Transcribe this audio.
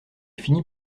finit